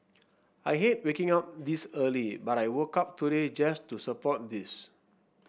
I hate waking up this early but I woke up today just to support this